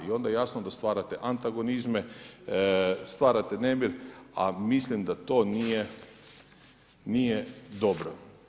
I onda jasno da stvarate antagonizme, stvarate nemir a mislim da to nije dobro.